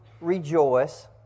rejoice